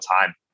time